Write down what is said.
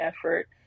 effort